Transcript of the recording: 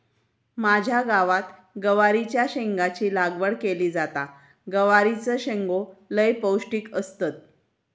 माझ्या गावात गवारीच्या शेंगाची लागवड केली जाता, गवारीचे शेंगो लय पौष्टिक असतत